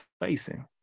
facing